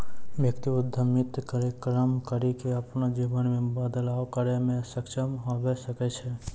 व्यक्ति उद्यमिता कार्यक्रम करी के अपनो जीवन मे बदलाव करै मे सक्षम हवै सकै छै